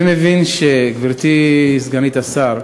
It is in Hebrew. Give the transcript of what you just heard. אני מבין, גברתי סגנית השר,